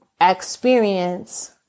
experience